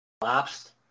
collapsed